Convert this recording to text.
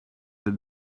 that